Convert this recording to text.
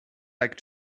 like